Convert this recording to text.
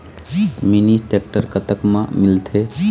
Mini tractor कतक म मिलथे?